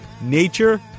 Nature